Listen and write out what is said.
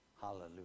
Hallelujah